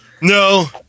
No